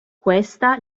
questa